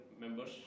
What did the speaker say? members